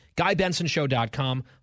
GuyBensonShow.com